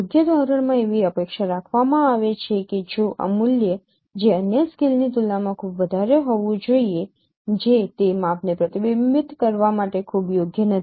યોગ્ય ધોરણમાં એવી અપેક્ષા રાખવામાં આવે છે કે જો આ મૂલ્ય જે અન્ય સ્કેલની તુલનામાં ખૂબ વધારે હોવું જોઈએ જે તે માપને પ્રતિબિંબિત કરવા માટે ખૂબ યોગ્ય નથી